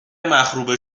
مخروبه